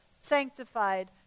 sanctified